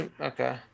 Okay